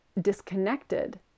disconnected